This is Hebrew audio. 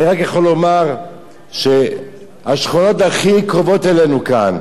אני רק יכול לומר שהשכונות הכי קרובות אלינו כאן,